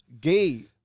gay